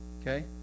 Okay